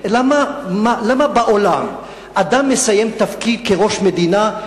למה בעולם אדם מסיים תפקיד כראש מדינה,